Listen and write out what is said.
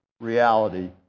reality